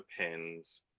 depends